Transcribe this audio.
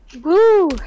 Woo